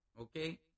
Okay